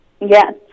Yes